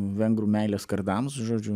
vengrų meilės kardams žodžiu